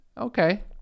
okay